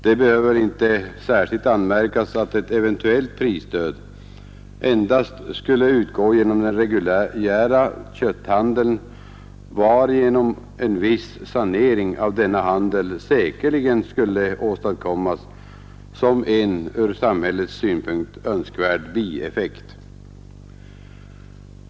Det behöver inte särskilt anmärkas att ett eventuellt prisstöd endast skall utgå genom den reguljära kötthandeln varigenom en viss sanering av denna handel säkerligen skulle åstadkommas som en ur samhällets synpunkt önskvärd bieffekt.